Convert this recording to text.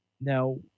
Now